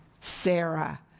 Sarah